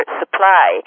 supply